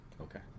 okay